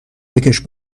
بکـش